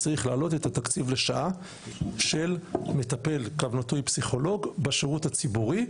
צריך להעלות את התקציב לשעה של מטפל/פסיכולוג בשירות הציבורי.